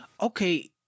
okay